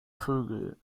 vögel